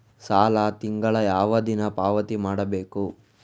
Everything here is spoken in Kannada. ಸಾಲ ತಿಂಗಳ ಯಾವ ದಿನ ಪಾವತಿ ಮಾಡಬೇಕು?